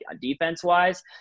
defense-wise